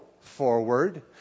forward